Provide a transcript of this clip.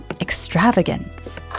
extravagance